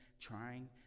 trying